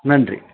நன்றி